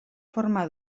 forma